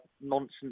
nonsense